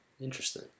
interesting